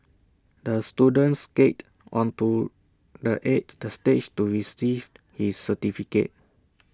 the student skated onto the age stage to receive his certificate